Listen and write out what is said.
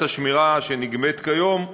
אגרת השמירה שנגבית כיום,